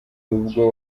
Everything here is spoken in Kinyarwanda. ubwo